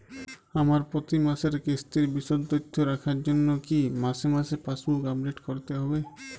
আমার প্রতি মাসের কিস্তির বিশদ তথ্য রাখার জন্য কি মাসে মাসে পাসবুক আপডেট করতে হবে?